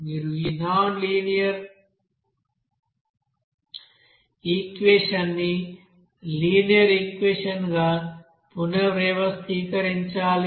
మీరు ఈ non linear equation ని లినియర్ ఈక్వెషన్ గా పునర్వ్యవస్థీకరించాలి